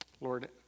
Lord